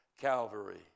Calvary